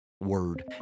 word